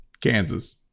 Kansas